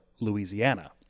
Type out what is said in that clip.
Louisiana